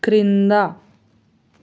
క్రింద